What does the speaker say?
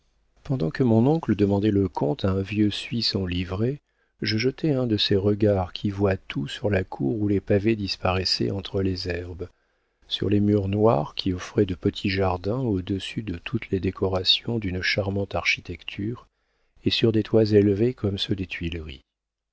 pendant que mon oncle demandait le comte à un vieux suisse en livrée je jetai un de ces regards qui voient tout sur la cour où les pavés disparaissaient entre les herbes sur les murs noirs qui offraient de petits jardins au-dessus de toutes les décorations d'une charmante architecture et sur des toits élevés comme ceux des tuileries